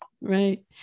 Right